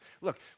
Look